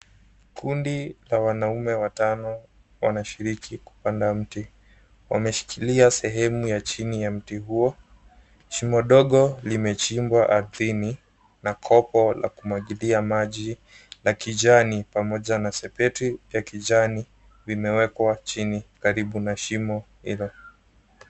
Kundi la wanaume watano wanashiriki kupanda mti. Wanashikilia sehemu ya chini ya mti huo. Shimo dogo limechimbwa ardhini na kopo la kumwagilia maji la kijani pamoja na sepetu ya kijani vimewekwa chini karibu na shimo hilo.